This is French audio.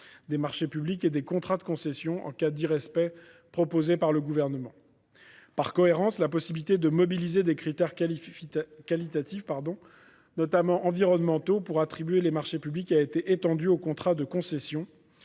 des marchés publics et des contrats de concession en cas d'irrespect, proposée par le Gouvernement. Par cohérence, la possibilité de mobiliser des critères qualitatifs, notamment environnementaux, pour attribuer les marchés publics a été étendue aux contrats de concession.